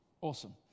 Awesome